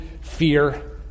fear